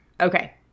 okay